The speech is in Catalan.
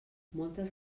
moltes